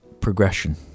progression